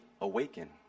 awaken